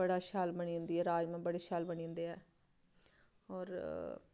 बड़े शैल बनी जंदे राजमांह् बड़े शैल बनी जंदे होर